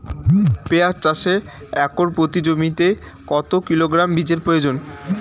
পেঁয়াজ চাষে একর প্রতি জমিতে কত কিলোগ্রাম বীজের প্রয়োজন?